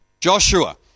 Joshua